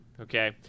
okay